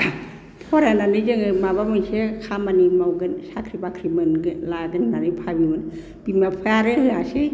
फरायनानै जोङो माबा मोनसे खामानि मावगोन साख्रि बाख्रि मोनगोन लागोन होननानै भाबियोमोन बिमा बिफाया आरो होआसै